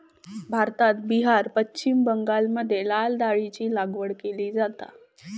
भारतात बिहार, पश्चिम बंगालमध्ये लाल डाळीची लागवड केली जाता